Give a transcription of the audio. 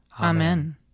Amen